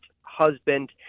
husband